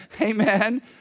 Amen